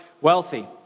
wealthy